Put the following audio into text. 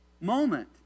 moment